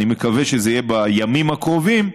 אני מקווה שזה יהיה בימים הקרובים,